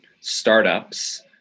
startups